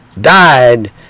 died